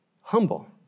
humble